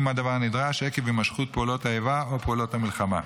אם הדבר נדרש עקב הימשכות פעולות האיבה או פעולות המלחמה.